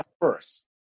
first